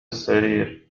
السرير